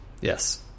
yes